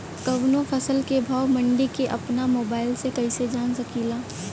कवनो फसल के भाव मंडी के अपना मोबाइल से कइसे जान सकीला?